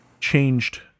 changed